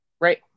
Right